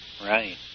Right